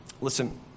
Listen